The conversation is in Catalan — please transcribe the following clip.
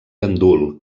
gandul